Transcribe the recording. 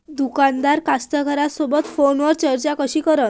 दुकानदार कास्तकाराइसोबत फोनवर चर्चा कशी करन?